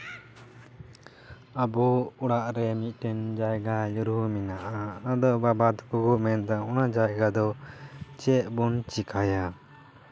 ᱟᱵᱚ ᱚᱲᱟᱜ ᱨᱮ ᱢᱤᱫᱴᱮᱱ ᱡᱟᱭᱜᱟ ᱧᱩᱨᱩ ᱢᱮᱱᱟᱜᱼᱟ ᱟᱫᱚ ᱵᱚᱵᱚ ᱛᱟᱠᱚ ᱠᱚ ᱢᱮᱱᱫᱟ ᱚᱱᱟ ᱡᱟᱭᱜᱟ ᱫᱚ ᱪᱮᱫ ᱵᱚᱱ ᱪᱮᱠᱟᱭᱟ